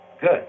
Good